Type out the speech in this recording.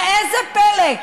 ראה זה פלא.